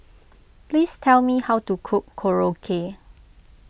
please tell me how to cook Korokke